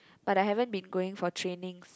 but I haven't been going for trainings